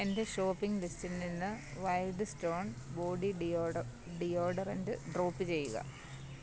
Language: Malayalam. എന്റെ ഷോപ്പിംഗ് ലിസ്റ്റിൽ നിന്ന് wild stone body deo deodorant drop ചെയ്യുക